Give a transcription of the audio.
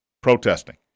protesting